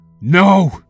No